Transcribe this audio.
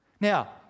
now